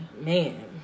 man